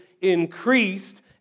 increased